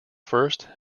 first